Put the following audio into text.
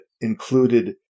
included